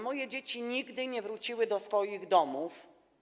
Moje dzieci nigdy nie wróciły do swoich domów.